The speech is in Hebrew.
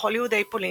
ככל יהודי פולין,